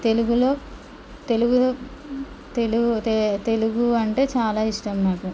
తెలుగులో తెలుగులో తెలు తెలుగు అంటే చాలా ఇష్టం నాకు